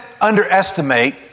underestimate